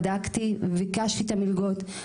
בדקתי וביקשתי את המלגות,